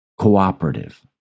cooperative